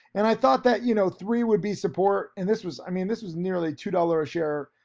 and i thought that, you know, three would be support. and this was i mean, this was nearly two dollars a share,